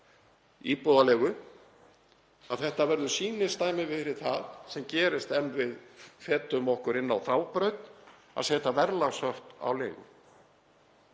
íbúðaleigu, að þetta verður sýnidæmi fyrir það sem gerist ef við fetum okkur inn á þá braut að setja verðlagshöft á leigu.